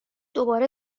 دوباره